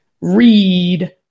read